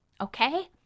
okay